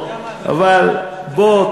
אבל בוא,